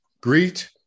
greet